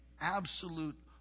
absolute